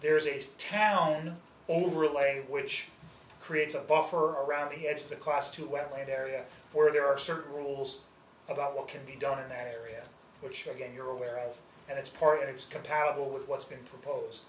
there is a town overlay which creates a buffer around the edge of the class to wetland area where there are certain rules about what can be done in that area which again you're aware of that's part of it's compatible with what's been propose